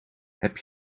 heb